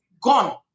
gone